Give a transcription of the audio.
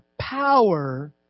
power